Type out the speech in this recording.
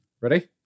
Ready